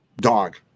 Dog